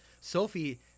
Sophie